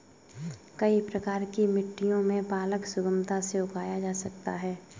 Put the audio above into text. कई प्रकार की मिट्टियों में पालक सुगमता से उगाया जा सकता है